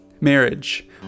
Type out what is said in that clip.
marriage